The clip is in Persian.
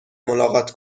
ملاقات